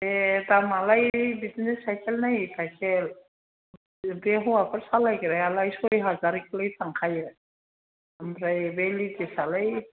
ए दामालाय बिदिनो साइखेल नायै साइखेल बे हौवाफोर सालायग्रायालाय सय हाजारखौलाय थांखायो ओमफ्राय बे लेडिसआलाय